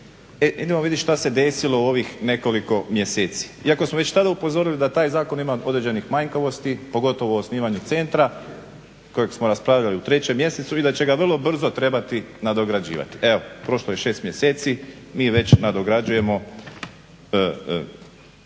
idemo vidjeti što se desilo u ovih nekoliko mjeseci. Iako smo već tada upozorili da taj zakon ima određenih manjkavosti, pogotovo u osnivanju centra kojeg smo raspravljali u 3. mjesecu i da će ga vrlo brzo trebati nadograđivati. Evo prošlo je 6 mjeseci mi već nadograđujemo